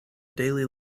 daily